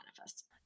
manifest